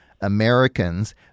Americans